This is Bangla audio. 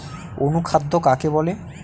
অনুখাদ্য কাকে বলে?